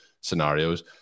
scenarios